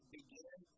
begin